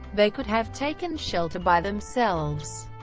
they could have taken shelter by themselves.